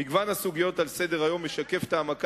מגוון הסוגיות על סדר-היום משקף את ההעמקה